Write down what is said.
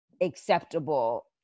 acceptable